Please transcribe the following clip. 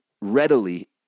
readily